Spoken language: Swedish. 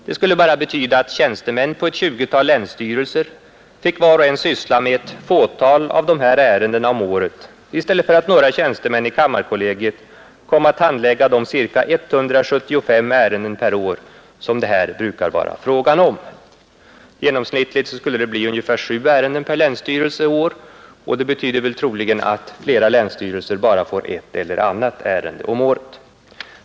Det skulle bara betyda att tjänstemän på ett tjugutal länsstyrelser fick var och en syssla med ett fåtal av de här ärendena om året i stället för att några tjänstemän i kammarkollegiet kom att handlägga de cirka 175 ärenden per år som det här brukar vara fråga om. Genomsnittligt skulle det bli ungefär sju ärenden per länsstyrelse och år, och det betyder troligen att flera länsstyrelser bara får ett eller annat ärende om året.